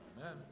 Amen